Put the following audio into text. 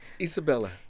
Isabella